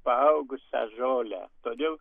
paaugusią žolę todėl